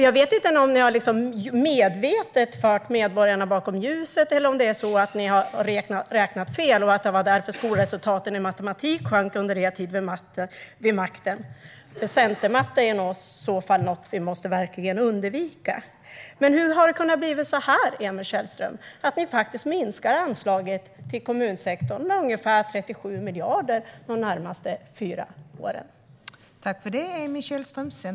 Jag vet inte om ni medvetet har fört medborgarna bakom ljuset, eller om det är så att ni har räknat fel och att det var därför skolresultaten i matematik sjönk under er tid vid makten. Centermatte är i så fall något vi verkligen måste undvika. Hur har det kunnat bli så här, Emil Källström? Ni minskar anslaget till kommunsektorn med ungefär 37 miljarder de närmaste fyra åren.